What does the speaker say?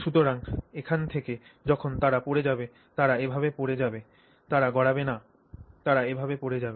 সুতরাং এখান থেকে যখন তারা পড়ে যাবে তারা এভাবে পড়ে যাবে তারা গড়াবে না তারা এভাবে পড়ে যাবে